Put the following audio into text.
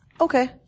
Okay